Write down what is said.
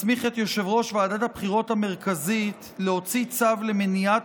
מסמיך את יושב-ראש ועדת הבחירות המרכזית להוציא צו למניעת